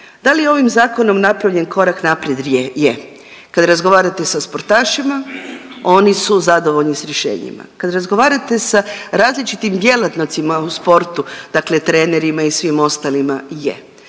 Da li je ovim zakonom napravljen korak naprijed? Je. Kad razgovarate sa sportašima oni su zadovoljni sa rješenjima. Kad razgovarate sa različitim djelatnicima u sportu, dakle trenerima i svim ostalima je.